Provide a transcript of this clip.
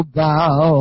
bow